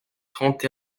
trente